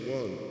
one